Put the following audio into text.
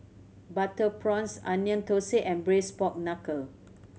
butter prawns Onion Thosai and Braised Pork Knuckle